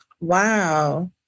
Wow